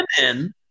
women